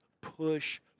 push